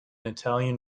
italian